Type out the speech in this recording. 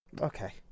Okay